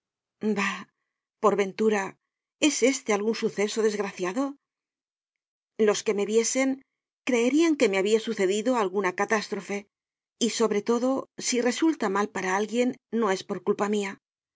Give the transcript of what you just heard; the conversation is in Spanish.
por ventura es este algun suceso desgraciado los que me viesen creerian que me habia sucedido alguna catástrofe y sobre todo si resulta mal para alguien no es por culpa mia